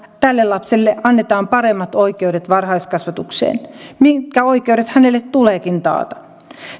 tälle lapselle annetaan paremmat oikeudet varhaiskasvatukseen mitkä oikeudet hänelle tuleekin taata